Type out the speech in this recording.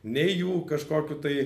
nei jų kažkokių tai